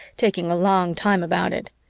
taking a long time about it.